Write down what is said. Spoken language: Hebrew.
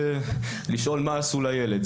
ולשאול מה עשו לילד,